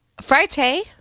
Friday